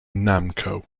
namco